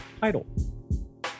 title